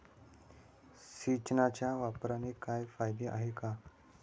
सिंचनाच्या वापराचे काही फायदे आहेत का?